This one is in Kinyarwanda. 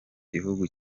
gihugu